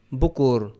bukur